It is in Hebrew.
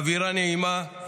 האווירה נעימה,